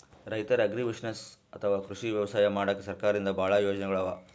ರೈತರ್ ಅಗ್ರಿಬುಸಿನೆಸ್ಸ್ ಅಥವಾ ಕೃಷಿ ವ್ಯವಸಾಯ ಮಾಡಕ್ಕಾ ಸರ್ಕಾರದಿಂದಾ ಭಾಳ್ ಯೋಜನೆಗೊಳ್ ಅವಾ